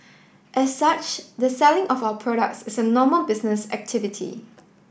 as such the selling of our products is a normal business activity